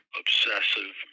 obsessive